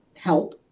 help